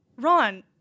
Ron